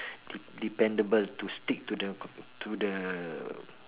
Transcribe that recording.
de~ dependable to stick to the to the